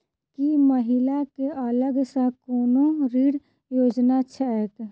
की महिला कऽ अलग सँ कोनो ऋण योजना छैक?